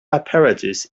apparatus